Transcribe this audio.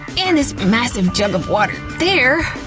and this massive jug of water there,